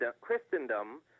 Christendom